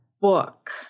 book